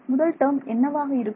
முதல் டேர்ம் என்னவாக இருக்கும்